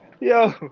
Yo